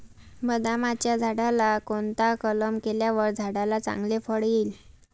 बदामाच्या झाडाला कोणता कलम केल्यावर झाडाला चांगले फळ येईल?